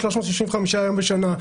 365 ימים בשנה.